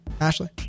Ashley